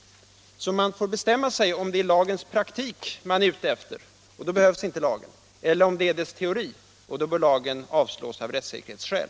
65 Man får alltså bestämma sig för om det är lagens praktik man är ute efter — då behövs inte lagen — eller om det är dess teori — då bör lagförslaget avslås av rättssäkerhetsskäl.